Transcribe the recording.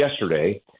yesterday